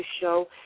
show